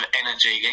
energy